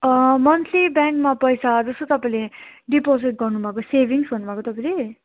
monthly ब्याङ्कमा पैसा जस्तो तपाईँले डिपोजिट गर्नुभएको सेभिङ्स भन्नुभएको तपाईँले